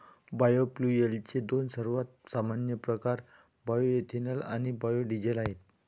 बायोफ्युएल्सचे दोन सर्वात सामान्य प्रकार बायोएथेनॉल आणि बायो डीझेल आहेत